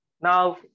Now